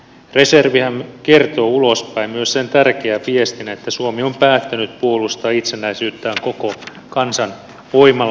reservihän kertoo ulospäin myös sen tärkeän viestin että suomi on päättänyt puolustaa itsenäisyyttään koko kansan voimalla